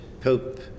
Pope